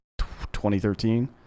2013